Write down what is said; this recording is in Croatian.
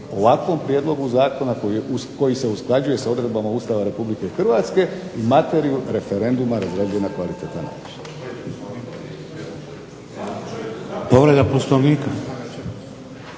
ovakvom prijedlogu zakona koji se usklađuje sa odredbama Ustava RH i materiju referenduma razrađuje na kvalitetan način.